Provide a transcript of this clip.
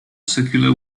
circular